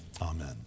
amen